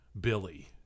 Billy